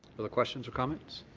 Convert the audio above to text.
other questions or comments?